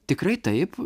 tikrai taip